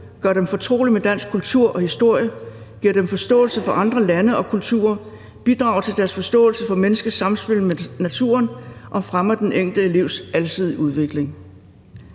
gør dem fortrolige med dansk kultur og historie, giver dem forståelse for andre lande og kulturer, bidrager til deres forståelse for menneskets samspil med naturen og fremmer den enkelte elevs alsidige udvikling.